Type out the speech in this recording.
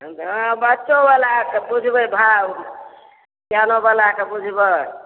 हँ बच्चोबलाकऽ बुझबै भाव सिआनोबलाके बुझबै